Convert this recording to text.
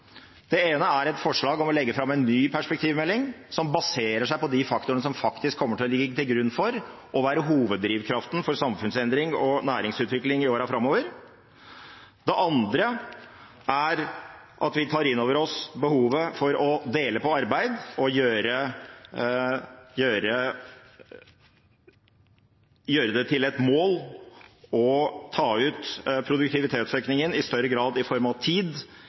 Det ene er et forslag om å legge fram en ny perspektivmelding som baserer seg på de faktorene som faktisk kommer til å ligge til grunn og være hoveddrivkraften for samfunnsendring og næringsutvikling i årene framover. Det andre er at vi tar inn over oss behovet for å dele på arbeid og gjøre det til et mål i større grad å ta ut produktivitetsøkningen i form av tid